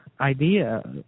idea